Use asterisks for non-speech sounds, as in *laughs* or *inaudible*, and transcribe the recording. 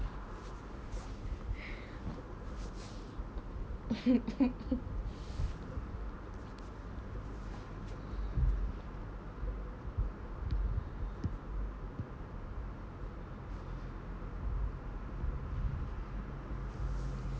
*laughs*